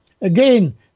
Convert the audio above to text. again